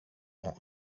ont